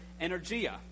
energia